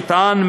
נטען,